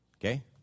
Okay